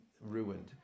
ruined